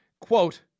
Quote